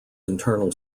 internal